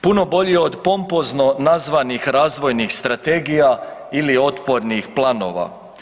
Puno bolji od pompozno nazvanih razvojnih strategija ili otpornih planova.